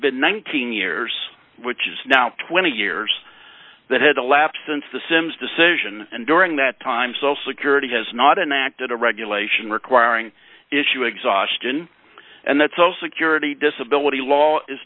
been nineteen years which is now twenty years that had elapsed since the simms decision and during that time so security has not enacted a regulation requiring issue exhaustion and that's also purity disability law is